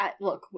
Look